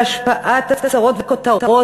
בהשפעת הצהרות וכותרות,